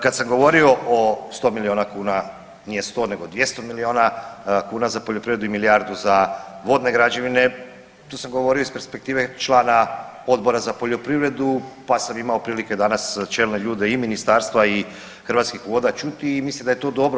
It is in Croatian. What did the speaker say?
Kad sam govorio o 100 miliona kuna, nije 100 nego 200 miliona kuna za poljoprivredu i milijardu za vodne građevine to sam govorio iz perspektive člana Odbora za poljoprivredu pa sam imao priliku danas čelne ljude i ministarstva i Hrvatskih voda čuti i mislim da je to dobro.